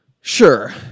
Sure